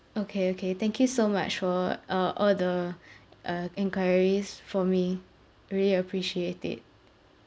okay okay thank you so much for uh all the uh enquiries for me really appreciate it